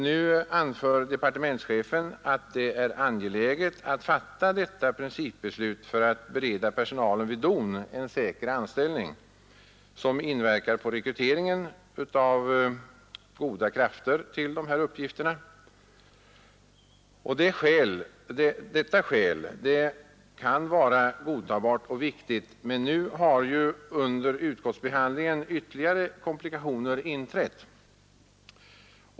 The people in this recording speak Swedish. Nu anför departementschefen att det är angeläget att fatta detta principbeslut för att bereda personalen vid DON en säker anställning som inverkar på rekryteringen av goda krafter till dessa uppgifter. Detta skäl kan vara godtagbart och viktigt, men under utskottsbehandlingen har ytterligare komplikationer tillstött.